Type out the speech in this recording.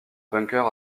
bunker